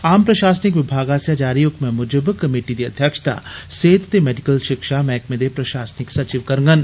आम प्रशासनिक विभाग आस्सेआ जारी हुकमै मूजब कमेटी दी अध्यक्षता सेहत ते मेडिकल शिक्षा मैहकमे दे प्रशासनिक सचिव करगंन